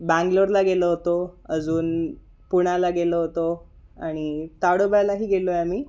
बँगलोरला गेलो होतो अजून पुण्याला गेलो होतो आणि ताडोब्यालाही गेलो आहे आम्ही